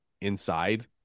inside